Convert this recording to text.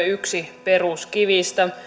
yksi sivistysyhteiskuntamme peruskivistä